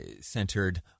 centered